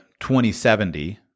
2070